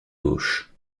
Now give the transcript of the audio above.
gauche